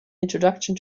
introduction